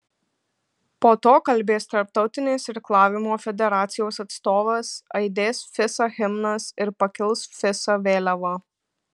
po to kalbės tarptautinės irklavimo federacijos atstovas aidės fisa himnas ir pakils fisa vėliava